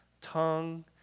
tongue